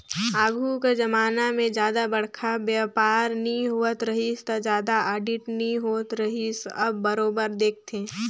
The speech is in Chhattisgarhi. आघु कर जमाना में जादा बड़खा बयपार नी होवत रहिस ता जादा आडिट नी होत रिहिस अब बरोबर देखथे